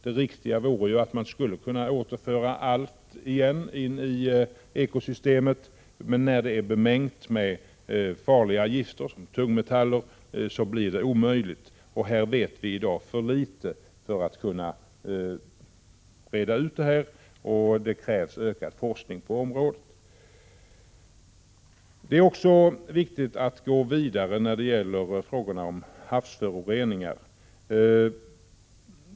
Det riktiga vore att återföra allt in i ekosystemet, men när slammet är bemängt med farliga gifter eller tungmetaller blir det omöjligt. Vi vet i dag för litet för att kunna reda ut dessa frågor, och det krävs ökad forskning på området. Det är också viktigt att gå vidare när det gäller frågorna om havsföroreningar.